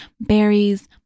berries